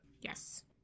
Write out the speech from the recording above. Yes